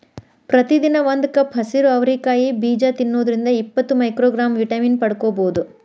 ಪ್ರತಿದಿನ ಒಂದು ಕಪ್ ಹಸಿರು ಅವರಿ ಕಾಯಿ ಬೇಜ ತಿನ್ನೋದ್ರಿಂದ ಇಪ್ಪತ್ತು ಮೈಕ್ರೋಗ್ರಾಂ ವಿಟಮಿನ್ ಪಡ್ಕೋಬೋದು